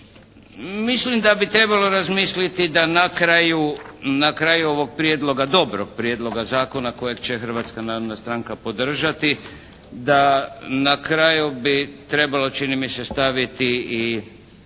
Mislim da bi trebalo razmisliti da na kraju ovog prijedloga, dobrog prijedloga zakona kojeg će Hrvatska narodna stranka podržati, da na kraju bi trebalo čini mi se staviti i